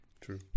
True